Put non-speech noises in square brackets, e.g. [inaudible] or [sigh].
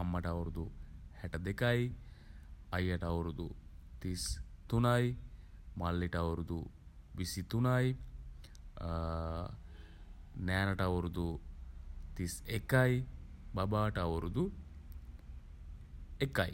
අම්මට අවුරුදු [hesitation] හැට දෙකයි. අයියට අවුරුදු [hesitation] තිස් [hesitation] තුනයි. මල්ලිට අවුරුදු [hesitation] විසි තුනයි [hesitation] නෑනට අවුරුදු [hesitation] තිස් එකයි. බබාට අවුරුදු [hesitation] එකයි.